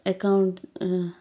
एका उंट